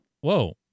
Whoa